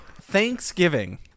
Thanksgiving